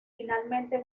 finalmente